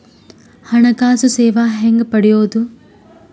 ಹಣಕಾಸು ಸೇವಾ ಹೆಂಗ ಪಡಿಯೊದ?